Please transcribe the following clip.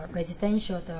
Residential